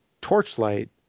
Torchlight